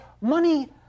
Money